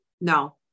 No